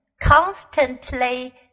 constantly